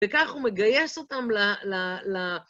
וכך הוא מגייס אותם ל...